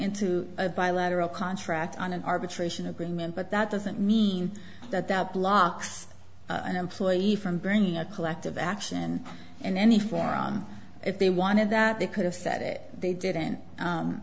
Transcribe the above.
into a bilateral contract on an arbitration agreement but that doesn't mean that that blocks an employee from bringing a collective action and any forearm if they wanted that they could have said it they didn't